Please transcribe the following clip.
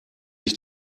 ich